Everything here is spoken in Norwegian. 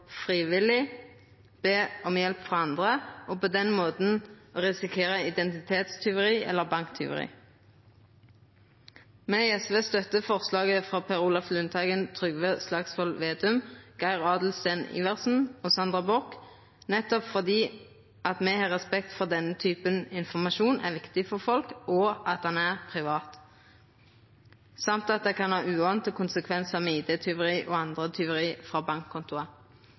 om hjelp frå andre og på den måten risikera identitetstjuveri eller banktjuveri. Me i SV støttar forslaget frå Per Olaf Lundteigen, Trygve Slagsvold Vedum, Geir Adelsten Iversen og Sandra Borch nettopp fordi me har respekt for at denne typen informasjon er viktig for folk, at han er privat, og at det kan ha uante konsekvensar som identitetstjuveri og andre tjuveri frå